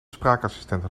spraakassistenten